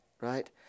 right